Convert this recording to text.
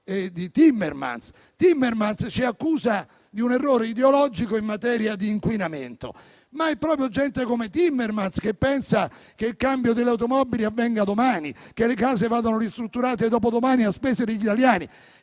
di Timmermans, che ci accusano di un errore ideologico in materia d'inquinamento: ma è proprio gente come Timmermans che pensa che il cambio delle automobili avvenga domani o che le case vadano ristrutturate dopodomani a spese degli italiani.